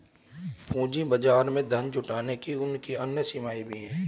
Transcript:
पूंजी बाजार में धन जुटाने की उनकी अन्य सीमाएँ भी हैं